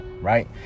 right